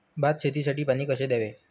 भात शेतीसाठी पाणी कसे द्यावे?